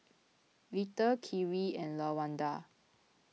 Little Kyrie and Lawanda